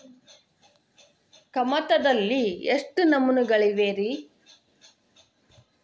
ಕಮತದಲ್ಲಿ ಎಷ್ಟು ನಮೂನೆಗಳಿವೆ ರಿ?